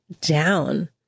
down